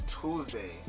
Tuesday